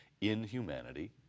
inhumanity